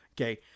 Okay